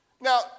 Now